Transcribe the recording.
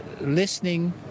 listening